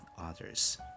others